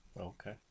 okay